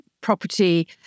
property